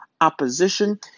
opposition